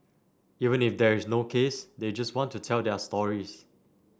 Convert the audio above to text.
even if there is no case they just want to tell their stories